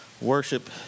Worship